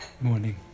Morning